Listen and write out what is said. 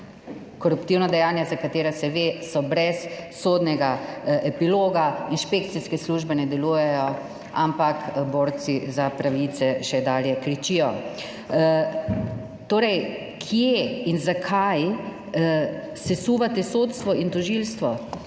koruptivna dejanja za katera se ve, so brez sodnega epiloga, inšpekcijske službe ne delujejo, ampak borci za pravice še dalje kričijo. Torej, kje in zakaj sesuvate sodstvo in tožilstvo?